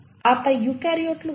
ఆపై యూకారియాట్లు ఉన్నాయి